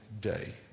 day